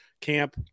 camp